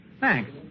Thanks